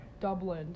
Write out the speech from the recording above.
Dublin